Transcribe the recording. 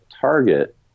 target